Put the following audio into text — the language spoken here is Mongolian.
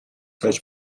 байж